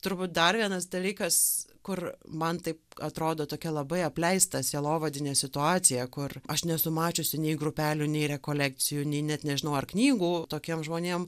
turbūt dar vienas dalykas kur man taip atrodo tokia labai apleista sielovadinė situacija kur aš nesu mačiusi nei grupelių nei rekolekcijų nei net nežinau ar knygų tokiem žmonėm